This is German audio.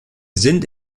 sind